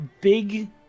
big